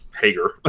Hager